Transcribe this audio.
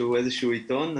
שהוא איזשהו עיתון.